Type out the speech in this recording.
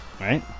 right